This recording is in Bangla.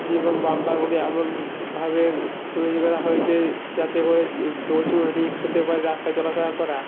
দীর্ঘ বাম্পারগুলি এমনভাবে তৈরি করা হয়েছে যাতে করে যে প্রচুর রিস্ক হতে পারে রাস্তায় চলাফেরা করা